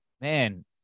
man